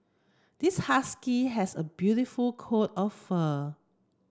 this husky has a beautiful coat of fur